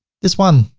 this one.